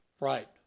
right